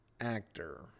Actor